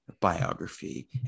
biography